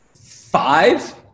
five